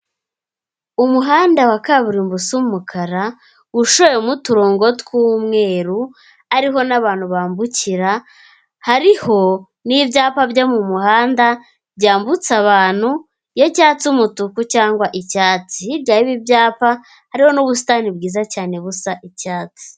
Umuhanda wa kaburimbo usa umukara ushoyemo uturongo tw'umweru ariho n'abantu bambukira, hariho n'ibyapa byo mu mu handa byambutsa abantu iyo cyatse umutuku cyangwa icyatsi, hirya y'ibi byapa hariho n'ubusitani bwiza cyane busa icyatsi.